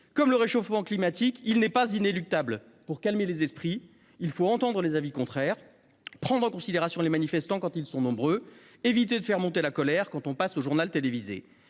comme le réchauffement climatique, n'est pas inéluctable. Pour calmer les esprits, il faut entendre les avis contraires, prendre en considération les manifestants quand ils sont nombreux, éviter d'accroître la colère lors de passages au journal télévisé.